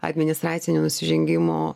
administracinių nusižengimų